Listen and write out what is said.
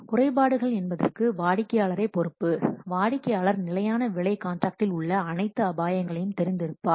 குறைபாடு என்பதற்கு வாடிக்கையாளரே பொறுப்பு வாடிக்கையாளர் நிலையான விலை காண்ட்ராக்டில் உள்ள அனைத்து அபாயங்களையும் தெரிந்து இருப்பார்